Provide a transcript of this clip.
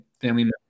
family